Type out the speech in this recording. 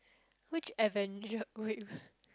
which Avenger